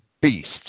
beasts